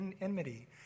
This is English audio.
enmity